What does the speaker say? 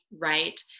right